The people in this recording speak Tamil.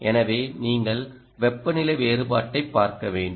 எனவே நீங்கள் வெப்பநிலை வேறுபாட்டைப் பார்க்க வேண்டும்